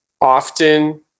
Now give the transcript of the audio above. often